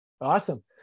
Awesome